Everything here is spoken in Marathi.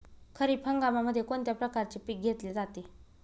खरीप हंगामामध्ये कोणत्या प्रकारचे पीक घेतले जाते?